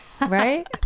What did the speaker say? right